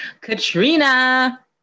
Katrina